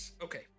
Okay